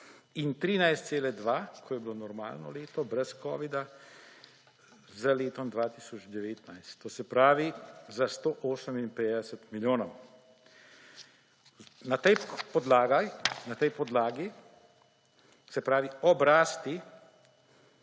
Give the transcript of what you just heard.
za 13,2, ko je bilo normalno leto brez covida, z letom 2019; to se pravi za 158 milijonov. Na tej podlagi, se pravi ob rasti